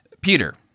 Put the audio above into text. Peter